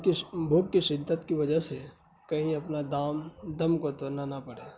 بھوک کی شدت کی وجہ سے کہیں اپنا دام دم کو توڑنا نہ پڑے